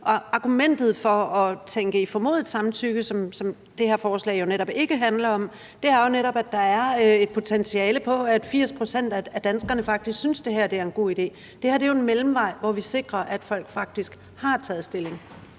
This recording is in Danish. og argumentet for at tænke i formodet samtykke, som det her forslag jo netop ikke handler om, er netop, at der er et potentiale, for 80 pct. af danskerne synes faktisk, at det her er en god idé. Det her er jo en mellemvej, hvor vi sikrer, at folk faktisk har taget stilling.